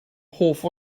hoff